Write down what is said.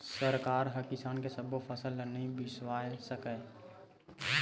सरकार ह किसान के सब्बो फसल ल नइ बिसावय सकय